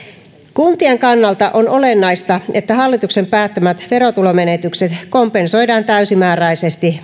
kuntien kannalta on olennaista että hallituksen päättämät verotulomenetykset kompensoidaan täysimääräisesti